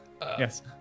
Yes